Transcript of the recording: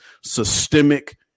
systemic